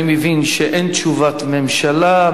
אני מבין שאין תשובת ממשלה.